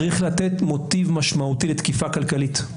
צריך לתת מוטיב משמעותי לתקיפה כלכלית,